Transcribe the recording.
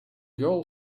girl